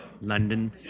London